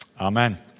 Amen